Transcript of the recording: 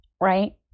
right